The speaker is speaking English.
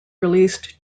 released